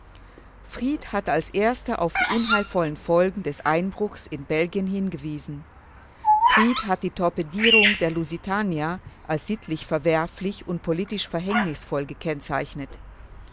fried hat als erster auf die unheilvollen folgen des einbruches in belgien hingewiesen fried hat die torpedierung der lusitania als sittlich verwerflich und politisch verhängnisvoll gekennzeichnet